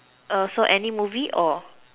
err so any movie or